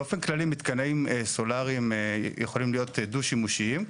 באופן כללי מתקנים סולריים יכולים להיות דו-שימושיים,